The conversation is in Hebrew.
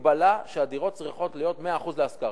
מגבלה ש-100% הדירות צריכות להיות להשכרה.